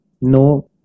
no